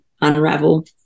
unravel